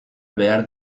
behar